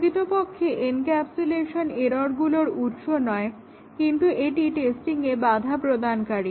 প্রকৃতপক্ষে এনক্যাপসুলেশন এররগুলোর উৎস নয় কিন্তু এটি টেস্টিংয়ে বাধা প্রদানকারী